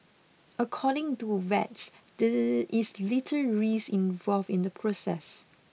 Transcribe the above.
according to vets there is little risk involved in the process